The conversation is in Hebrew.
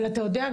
אבל אתה יודע,